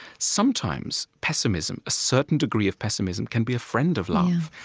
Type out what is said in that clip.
sometimes pessimism, a certain degree of pessimism can be a friend of love.